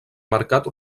mercat